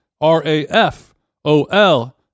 R-A-F-O-L